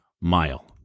mile